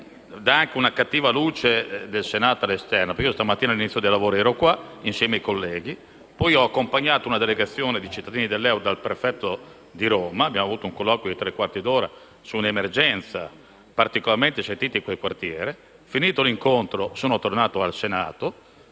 dà anche una cattiva immagine del Senato all'esterno. Questa mattina all'inizio dei lavori ero qui insieme ai colleghi, poi ho accompagnato una delegazione di cittadini dell'EUR dal prefetto di Roma e abbiamo avuto un colloquio di tre quarti d'ora su un'emergenza particolarmente sentita in quel quartiere. Finito l'incontro, sono tornato al Senato,